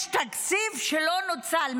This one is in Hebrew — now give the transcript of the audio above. יש תקציב שלא נוצל.